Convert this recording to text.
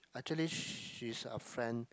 actually she's a friend